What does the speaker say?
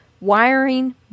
wiring